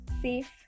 safe